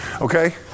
Okay